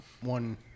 one